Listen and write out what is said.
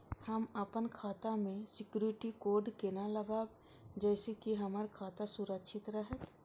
हम अपन खाता में सिक्युरिटी कोड केना लगाव जैसे के हमर खाता सुरक्षित रहैत?